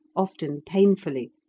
often painfully,